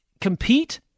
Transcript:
compete